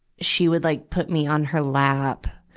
she would like put me on her lap,